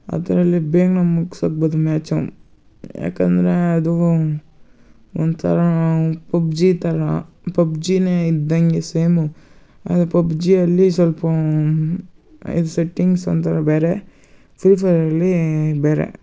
ಅದರಲ್ಲಿ ಬೇಗನೂ ಮುಗಿಸಾಕ್ಬೋದು ಮ್ಯಾಚು ಯಾಕಂದರೆ ಅದು ಒಂಥರ ಪಬ್ಜಿ ಥರ ಪಬ್ಜಿಯೇ ಇದ್ದಂಗೆ ಸೇಮು ಅದು ಪಬ್ಜಿಯಲ್ಲಿ ಸಲ್ಪ ಇದು ಸೆಟ್ಟಿಂಗ್ಸ್ ಒಂಥರ ಬೇರೆ ಫ್ರೀ ಫೈಯರಲ್ಲಿ ಬೇರೆ